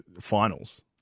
finals